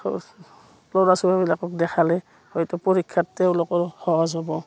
ল'ৰা ছোৱালীবিলাকক দেখালে হয়তো পৰীক্ষাত তেওঁলোকৰ সহজ হ'ব